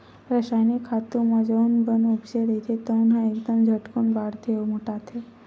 रसायनिक खातू म जउन बन उपजे रहिथे तउन ह एकदम झटकून बाड़थे अउ मोटाथे